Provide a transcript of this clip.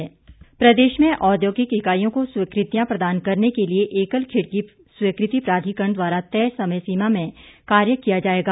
औद्योगिक इकाई प्रदेश में औद्योगिक इकाईयों को स्वीकृतियां प्रदान करने के लिए एकल खिड़की स्वीकृति प्राधिकरण द्वारा तय समय सीमा में कार्य किया जाएगा